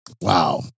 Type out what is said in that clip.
Wow